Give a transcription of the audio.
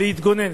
ולהתגונן.